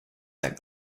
that